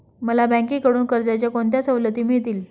मला बँकेकडून कर्जाच्या कोणत्या सवलती मिळतील?